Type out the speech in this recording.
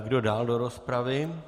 Kdo dál do rozpravy?